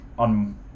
on